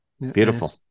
Beautiful